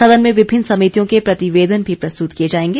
सदन में विभिन्न समितियों के प्रतिवेदन भी प्रस्तुत किए जाएंगे